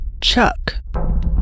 Chuck